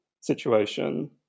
situation